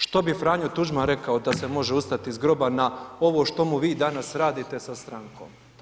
Što bi Franjo Tuđman rekao da se može ustati iz groba na ovo što mu vi danas radite sa strankom?